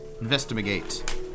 Investigate